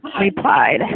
replied